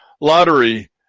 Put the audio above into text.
lottery